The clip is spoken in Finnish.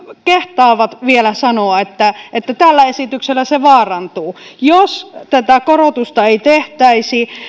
kehtaavat vielä sanoa että että tällä esityksellä se vaarantuu jos tätä korotusta ei tehtäisi